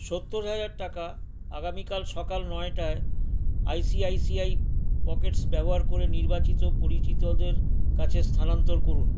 সত্তর হাজার টাকা আগামীকাল সকাল নয়টায় আইসিআইসিআই পকেটস ব্যবহার করে নির্বাচিত পরিচিতদের কাছে স্থানান্তর করুন